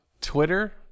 twitter